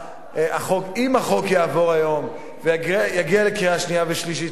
אם החוק יעבור היום ויגיע לקריאה שנייה ושלישית,